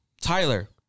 Tyler